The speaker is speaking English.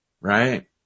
Right